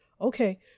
okay